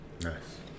Nice